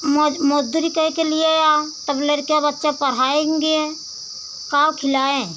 मज मज़दूरी करके लिए आओ तब लड़का बच्चा पढ़ाएँगे का वह खिलाएँ